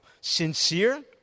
sincere